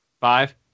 Five